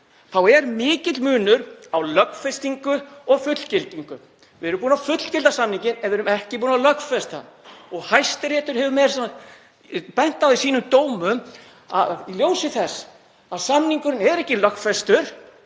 er mikill munur á lögfestingu og fullgildingu. Við erum búin að fullgilda samninginn en við erum ekki búin að lögfesta hann. Hæstiréttur hefur bent á það í sínum dómum að í ljósi þess að samningurinn er ekki lögfestur